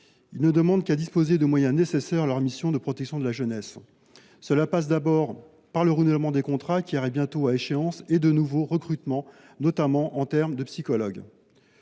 Ils ne demandent qu’à disposer de moyens nécessaires à leur mission de protection de la jeunesse. Cela passe d’abord par le renouvellement des contrats qui arrivent bientôt à échéance et par de nouveaux recrutements, de psychologues